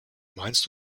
meinst